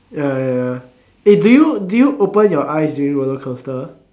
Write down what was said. ya ya ya eh do you do you open your eyes during roller coaster